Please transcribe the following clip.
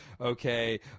okay